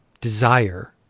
desire